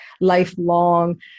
lifelong